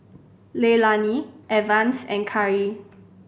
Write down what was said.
Leilani Evans and Khari